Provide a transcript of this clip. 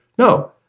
No